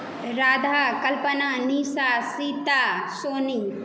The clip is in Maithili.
राधा कल्पना निशा सीता सोनी